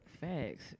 Facts